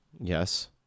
Yes